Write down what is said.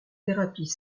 thérapies